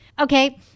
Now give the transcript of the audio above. Okay